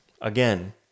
Again